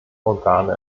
organe